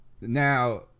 Now